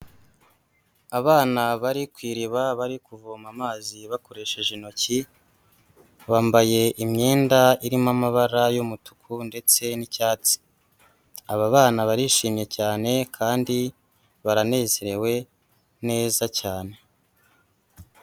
Abana bari ku iriba bari kuvoma amazi bakoresheje intoki, bambaye imyenda irimo amabara y'umutuku ndetse n'icyatsi. Aba bana barishimye cyane kandi baranezerewe neza cyane.